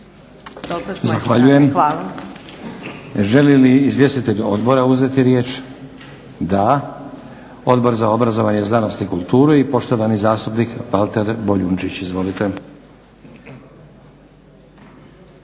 Zahvaljujem. Želi li izvjestitelj Odbora uzeti riječ? Da. Odbor za obrazovanje, znanost i kulturu i poštovani zastupnik Valter Boljunčić. Izvolite!